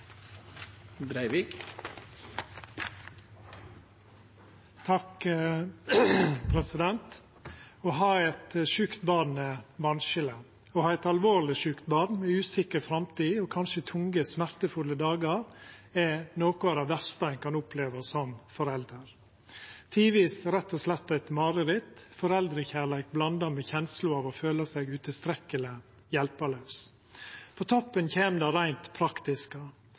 Å ha eit sjukt barn er vanskeleg. Å ha eit alvorleg sjukt barn, med ei usikker framtid og kanskje tunge, smertefulle dagar, er noko av det verste ein kan oppleva som forelder. Tidvis er det rett og slett eit mareritt – foreldrekjærleik blanda med kjensla av å føla seg utilstrekkeleg og hjelpelaus. På toppen kjem det reint